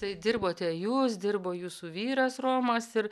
tai dirbote jūs dirbo jūsų vyras romas ir